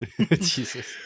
Jesus